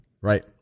right